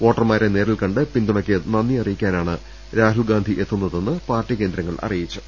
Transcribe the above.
വോട്ടർമാരെ നേരിൽ കണ്ട് പിന്തുണയ്ക്ക് നന്ദിയ റിയിക്കാനാണ് രാഹുൽഗാന്ധി എത്തുന്നതെന്ന് പാർട്ടി കേന്ദ്ര ങ്ങൾ അറിയിച്ചു